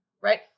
right